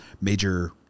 major